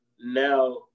now